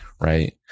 right